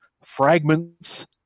fragments